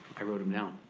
i wrote em down.